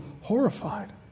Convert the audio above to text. horrified